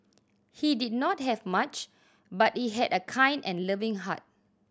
he did not have much but he had a kind and loving heart